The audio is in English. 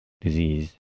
disease